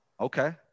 Okay